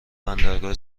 بندرگاه